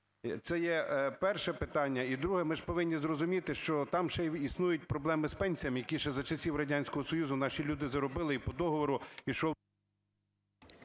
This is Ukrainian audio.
Це є перше питання. І друге. Ми ж повинні зрозуміти, що там ще й існують проблеми з пенсіями, які ще за часів Радянського Союзу наші люди заробили і по договору ішов…